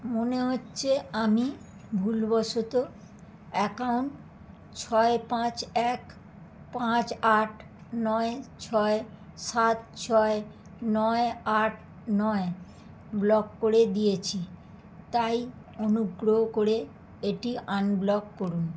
মনে হচ্ছে আমি ভুলবশত অ্যাকাউন্ট ছয় পাঁচ এক পাঁচ আট নয় ছয় সাত ছয় নয় আট নয় ব্লক করে দিয়েছি তাই অনুগ্রহ করে এটি আনব্লক করুন